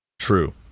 true